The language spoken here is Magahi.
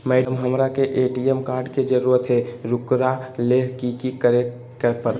मैडम, हमरा के ए.टी.एम कार्ड के जरूरत है ऊकरा ले की की करे परते?